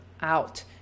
out